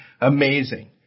amazing